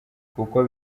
kuko